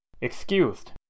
Excused